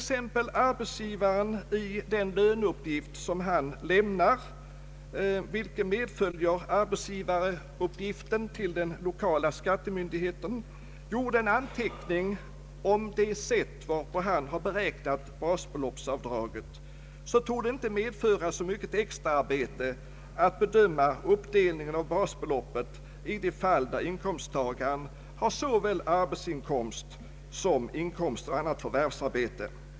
Om arbetsgivaren i den löneuppgift som medföljer arbetsgivarupp giften till den lokala skattemyndigheten gör en anteckning om det sätt varpå han beräknat basbeloppsavdraget, torde det inte medföra så mycket extra arbete att bedöma uppdelningen av basbeloppet i de fall där inkomsttagaren har såväl inkomst av anställning som inkomst av annat förvärvsarbete.